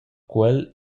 quel